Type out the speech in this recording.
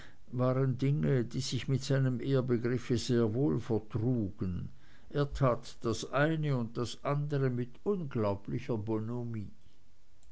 waren dinge die sich mit seinem ehrbegriff sehr wohl vertrugen er tat das eine und das andere mit unglaublicher